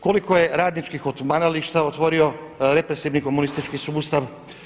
Koliko je radničkih odmarališta otvorio represivni komunistički sustav?